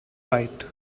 right